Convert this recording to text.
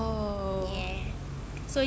yes